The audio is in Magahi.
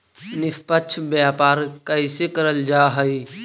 निष्पक्ष व्यापार कइसे करल जा हई